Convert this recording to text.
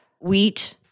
wheat